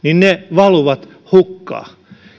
valuvat hukkaan